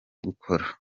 gukora